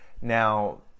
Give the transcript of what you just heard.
Now